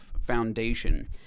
foundation